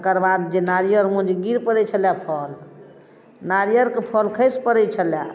तकर बाद नारिअरमे जे गिर पड़ै छलैया फल नारिअरके फल खसि पड़ै छलए